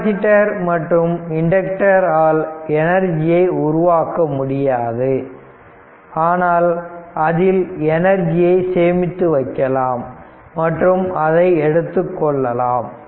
capacitor மற்றும் inductors ஆல் எனர்ஜியை உருவாக்க முடியாது ஆனால் அதில் எனர்ஜியை சேமித்து வைக்கலாம் மற்றும் அதை எடுத்துக்கொள்ளலாம்